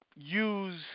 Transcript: use